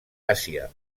àsia